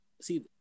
See